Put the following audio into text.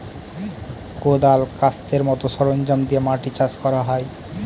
কোঁদাল, কাস্তের মতো সরঞ্জাম দিয়ে মাটি চাষ করা হয়